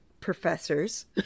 professors